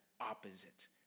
opposite